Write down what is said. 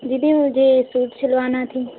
दीदी मुझे सूट सिलवाना थे